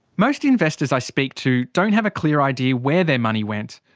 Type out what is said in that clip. most investors i speak to don't have a clear idea where their money went,